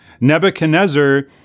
Nebuchadnezzar